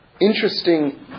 interesting